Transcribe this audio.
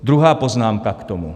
Druhá poznámka k tomu.